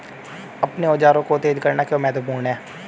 अपने औजारों को तेज करना क्यों महत्वपूर्ण है?